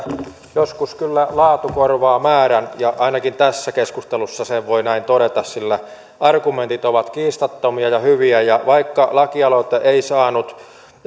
joskus kyllä laatu korvaa määrän ja ainakin tässä keskustelussa sen voi näin todeta sillä argumentit ovat kiistattomia ja hyviä ja vaikka lakialoite ei saanut